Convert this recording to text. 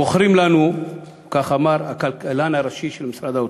מוכרים לנו, כך אמר הכלכלן הראשי של משרד האוצר,